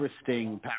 interesting